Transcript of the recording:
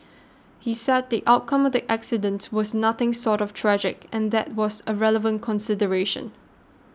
he said the outcome of the accidents was nothing short of tragic and that was a relevant consideration